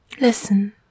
Listen